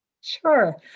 Sure